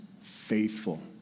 faithful